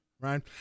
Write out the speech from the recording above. right